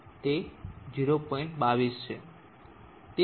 તેથી આ આ 7